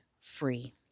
free